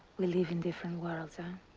we live in different worlds, ha?